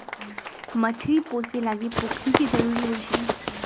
मछरी पोशे लागी पोखरि के जरूरी होइ छै